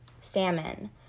Salmon